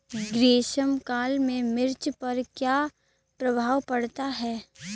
ग्रीष्म काल में मिर्च पर क्या प्रभाव पड़ता है?